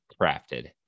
crafted